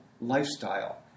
lifestyle